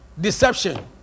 deception